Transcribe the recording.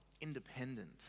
independent